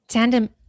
Tandem